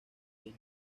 isla